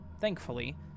thankfully